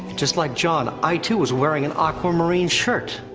just like jon, i too was wearing an aquamarine shirt.